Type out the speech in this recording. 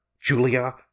Julia